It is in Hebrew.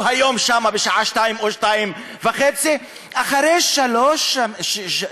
הוא היום שם, בשעה 14:00 או 14:30, אחרי שלוש שנים